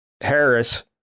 Harris